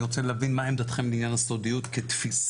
אני רוצה להבין מה עמדתכם לעניין הסודיות כתפיסה.